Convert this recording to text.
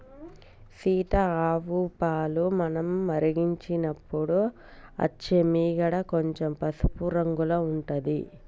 సీత ఆవు పాలు మనం మరిగించినపుడు అచ్చే మీగడ కొంచెం పసుపు రంగుల ఉంటది